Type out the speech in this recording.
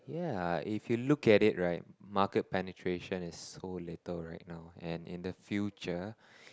yeah if you look at it right market penetration is so little right now and in the future